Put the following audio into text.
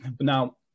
now